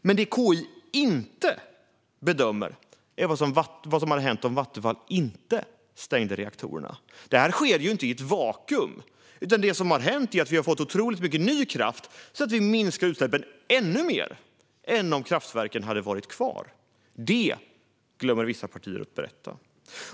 Men det KI inte bedömer är vad som hade hänt om Vattenfall inte stängde reaktorerna. Det här sker inte i ett vakuum, utan det som har hänt är att vi har fått otroligt mycket ny kraft så att vi minskar utsläppen ännu mer än om kraftverken hade varit kvar. Det glömmer vissa partier att berätta.